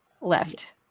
Left